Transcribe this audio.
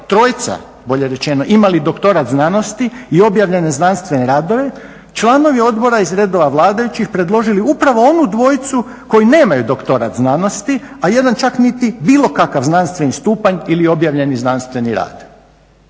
trojica bolje rečeno imali doktorat znanosti i objavljene znanstvene radove članovi odbora iz redova vladajućih predložili upravo onu dvojicu koji nemaju doktorat znanosti, a jedan čak niti bilo kakav znanstveni stupanj ili objavljeni znanstveni rad.